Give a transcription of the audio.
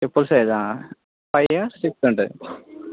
చెప్పుల సైజా five or six ఉంటుంది